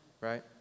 right